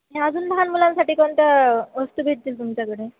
आणि अजून लहान मुलांसाठी कोणत्या वस्तू भेटतील तुमच्याकडे